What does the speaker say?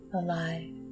alive